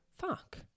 fuck